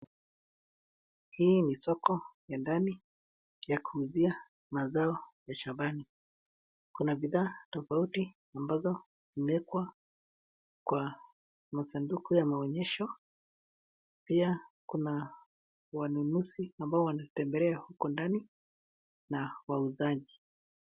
Hii ni soko ya ndani ya kuuzia mazao ya shambani. Kuna bidhaa tofauti ambayo imewekwa kwa masanduku ya maonyesho. Pia kuna wanunuzi ambao wanatembelea huko ndani na wauzaji.